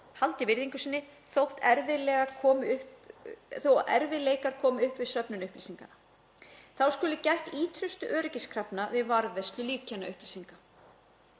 haldi virðingu sinni þótt erfiðleikar komi upp við söfnun upplýsinganna. Þá skuli gæta ýtrustu öryggiskrafna við varðveislu lífkennaupplýsinga.